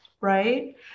right